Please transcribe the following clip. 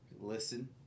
Listen